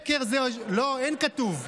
לא, אין כתוב.